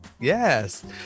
Yes